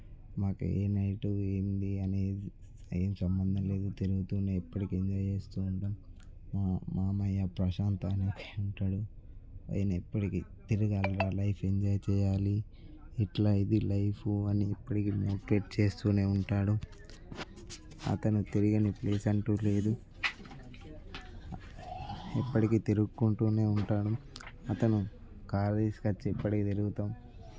మాకు ఏ నైటు ఏంటి అనేది ఏం సంబంధం లేదు తిరుగుతూనే ఎప్పటికీ ఎంజాయ్ చేస్తూ ఉంటాం మా మామయ్య ప్రశాంత్ అని ఒకడు ఉంటాడు ఆయన ఎప్పటికీ తిరగాలి లైఫ్ ఎంజాయ్ చేయాలి ఇట్లా ఇది లైఫ్ అని ఎప్పటికీ మోటివేట్ చేస్తూనే ఉంటాడు అతను తెలియని ప్లేస్ అంటూ లేదు ఎప్పటికీ తిరుగుతూనే ఉంటాడు అతను కార్ తీసుకొచ్చి ఇప్పటికీ తిరుగుతాం